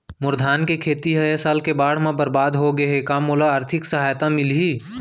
मोर धान के खेती ह ए साल के बाढ़ म बरबाद हो गे हे का मोला आर्थिक सहायता मिलही?